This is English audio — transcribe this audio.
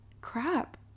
crap